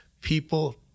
People